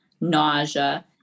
nausea